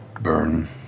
burn